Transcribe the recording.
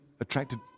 attracted